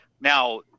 Now